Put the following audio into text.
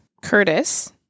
Curtis